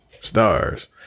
Stars